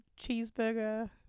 cheeseburger